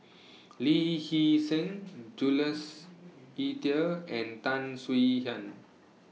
Lee Hee Seng Jules Itier and Tan Swie Hian